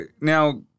Now